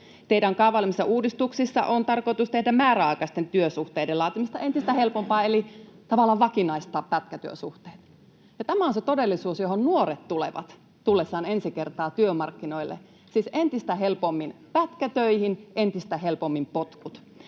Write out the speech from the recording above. Teidän kaavailemissanne uudistuksissa on tarkoitus tehdä määräaikaisten työsuhteiden laatimisesta entistä helpompaa eli tavallaan vakinaistaa pätkätyösuhteet. Tämä on se todellisuus, johon nuoret tulevat tullessaan ensi kertaa työmarkkinoille, siis entistä helpommin pätkätöihin, entistä helpommin potkut.